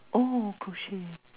oh crochet